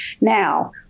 Now